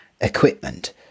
equipment